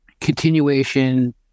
continuation